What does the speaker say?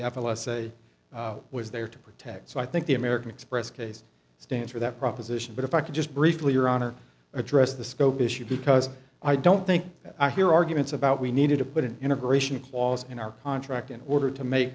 say was there to protect so i think the american express case stands for that proposition but if i could just briefly your honor addressed the scope issue because i don't think i hear arguments about we needed to put an integration clause in our contract in order to make